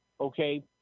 Okay